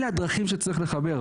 אלה הדרכים שצריך לחבר,